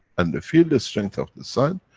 and the field-strength of the sun,